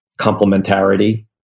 complementarity